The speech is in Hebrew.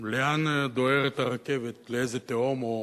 "לאן דוהרת הרכבת, לאיזו תהום", או